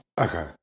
Okay